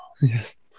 yes